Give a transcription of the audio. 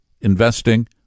investing